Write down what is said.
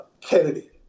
Kennedy